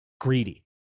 greedy